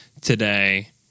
today